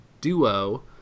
duo